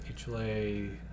HLA